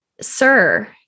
Sir